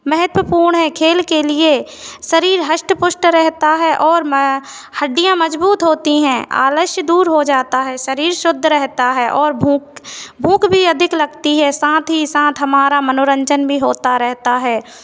महत्त्वपूर्ण है खेल के लिए शरीर हष्ट पुष्ट रहता है और में हड्डियाँ मजबूत होती हैं आलस्य दूर हो जाता है शरीर शुद्ध रहता है और भूख भूख भी अधिक लगती है साथ ही साथ हमारा मनोरंजन भी होता रहता है